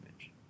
image